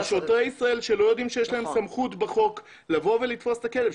שוטרי ישראל לא יודעים שיש להם סמכות בחוק לבוא ולתפוס את הכלב.